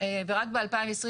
רק ב-2020,